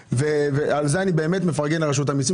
ועל זה אני מפרגן לרשות המיסים,